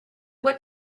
what